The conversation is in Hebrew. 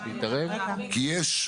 כי יש,